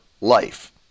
life